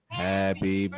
happy